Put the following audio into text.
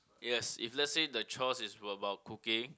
yes if let say the chore is about cooking